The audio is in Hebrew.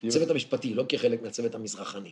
צוות המשפטי, לא כחלק מהצוות המזרחני.